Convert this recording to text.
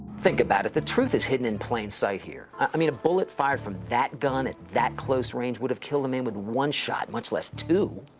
think about it. the truth is hidden in plain sight here. i mean, a bullet fired from that gun at that close range, would've killed a man with one shot, much less two.